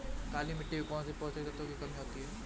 काली मिट्टी में कौनसे पोषक तत्वों की कमी होती है?